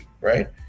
right